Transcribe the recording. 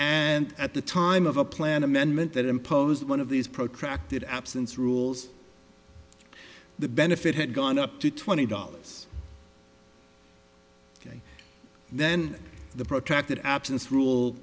and at the time of a plan amendment that imposed one of these protracted absence rules the benefit had gone up to twenty dollars ok then the protracted absence rule